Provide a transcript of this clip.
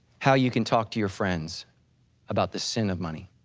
how you can talk to your friends about the sin of money,